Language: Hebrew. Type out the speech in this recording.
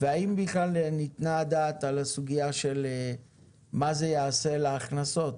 והאם בכלל ניתנה הדעת על הסוגיה מה זה יעשה להכנסות,